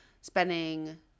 spending